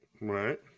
right